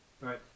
right